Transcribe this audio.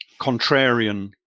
contrarian